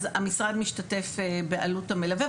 אז המשרד משתתף בעלות המלווה,